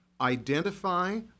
identify